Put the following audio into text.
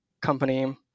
company